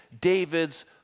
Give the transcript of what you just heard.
David's